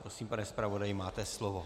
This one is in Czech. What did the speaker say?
Prosím, pane zpravodaji, máte slovo.